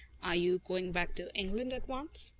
are you going back to england at once?